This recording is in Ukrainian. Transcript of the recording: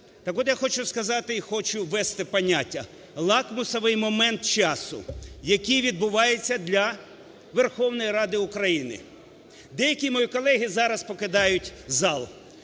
Так от, я хочу сказати і хочу ввести поняття "лакмусовий момент часу", який відбувається для Верховної Ради України. Деякі мої колеги зараз покидають зал,